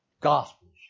Gospels